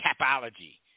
capology